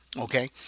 Okay